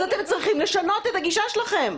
אז אתם צריכים לשנות את הגישה שלכם.